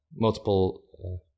multiple